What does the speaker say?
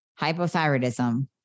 hypothyroidism